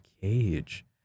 Cage